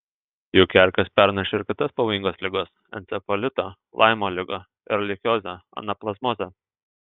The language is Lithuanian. juk erkės perneša ir kitas pavojingas ligas encefalitą laimo ligą erlichiozę anaplazmozę